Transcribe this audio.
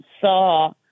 saw